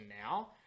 Now